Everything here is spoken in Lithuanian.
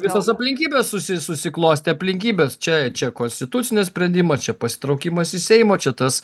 visos aplinkybės susi susiklostė aplinkybės čia čia konstitucinio sprendimas čia pasitraukimas iš seimo čia tas